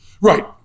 Right